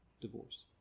divorce